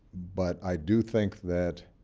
but i do think that